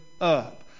up